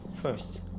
first